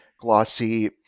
glossy